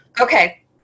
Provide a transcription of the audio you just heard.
okay